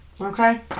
Okay